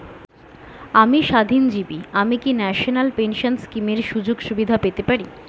আমি স্বাধীনজীবী আমি কি ন্যাশনাল পেনশন স্কিমের সুযোগ সুবিধা পেতে পারি?